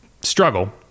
struggle